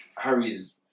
Harry's